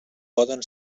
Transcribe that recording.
poden